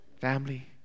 family